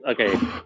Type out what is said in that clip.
okay